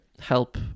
help